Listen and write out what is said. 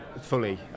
fully